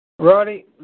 Roddy